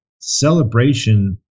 Celebration